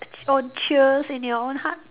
small cheers in your own heart